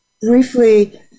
briefly